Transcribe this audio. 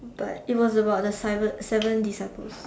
but it was about the seven seven disciples